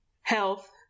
Health